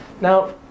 now